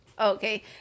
okay